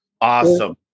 Awesome